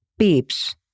beeps